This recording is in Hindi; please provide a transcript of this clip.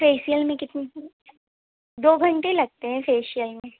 फेशियल में कितने दो घंटे लगते हैं फेशियल में